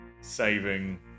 Saving